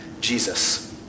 Jesus